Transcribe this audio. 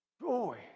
Joy